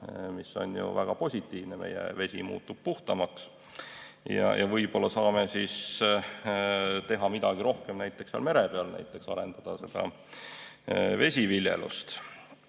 mis on ju väga positiivne. Meie vesi muutub puhtamaks. Võib-olla saame siis teha midagi rohkem mere peal, näiteks arendada seal vesiviljelust.